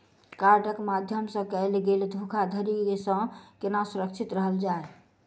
कार्डक माध्यम सँ कैल गेल धोखाधड़ी सँ केना सुरक्षित रहल जाए?